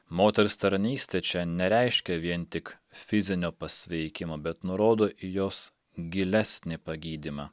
moters tarnystė čia nereiškia vien tik fizinio pasveikimo bet nurodo į jos gilesnį pagydymą